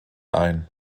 ein